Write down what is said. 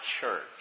church